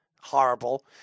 horrible